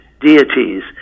deities